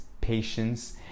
patience